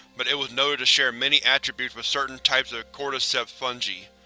but it was noted to share many attributes with certain types of cordyceps fungi.